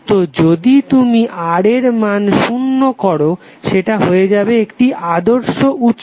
তো যদি তুমি R এর মান শুন্য করো সেটা হয়ে যাবে একটি আদর্শ উৎস